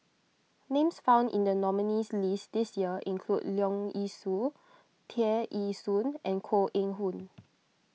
names found in the nominees' list this year include Leong Yee Soo Tear Ee Soon and Koh Eng Hoon